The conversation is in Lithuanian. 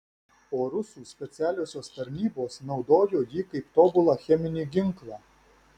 o rusų specialiosios tarnybos naudojo jį kaip tobulą cheminį ginklą